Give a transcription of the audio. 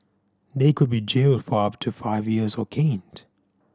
they could be jailed for up to five years or caned